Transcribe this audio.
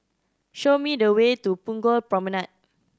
show me the way to Punggol Promenade